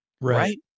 Right